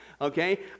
Okay